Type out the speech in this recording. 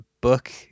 book